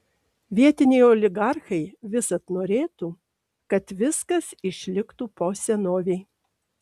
vietiniai oligarchai visad norėtų kad viskas išliktų po senovei